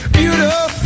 beautiful